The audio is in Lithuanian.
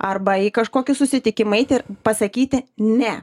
arba į kažkokį susitikimą eiti ir pasakyti ne